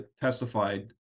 testified